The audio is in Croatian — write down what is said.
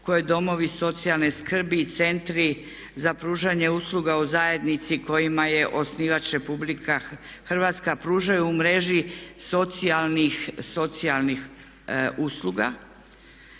koje domovi socijalne skrbi i centri za pružanje usluga u zajednici kojima je osnivač RH pružaju u mreži socijalnih usluga